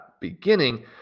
Beginning